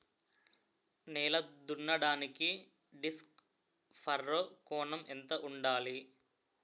నేల దున్నడానికి disc furrow కోణం ఎంత ఉండాలి?